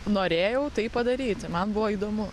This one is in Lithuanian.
norėjau tai padaryti man buvo įdomu